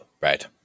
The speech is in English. right